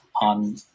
on